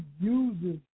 uses